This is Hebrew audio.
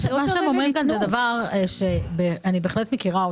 מה שהם אומרים זה דבר שאני בהחלט מכירה.